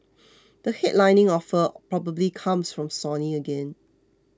the headlining offer probably comes from Sony again